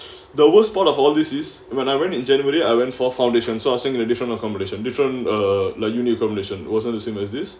the worst part of all this is when I went in january I went for foundation sourcing and additional competition different err like you new coalition wasn't the same as this